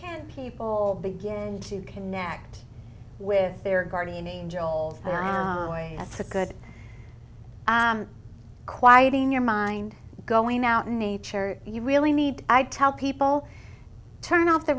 can people begin to connect with their guardian angel old boy that's a good quieting your mind going out in nature you really need i tell people turn off the